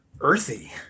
earthy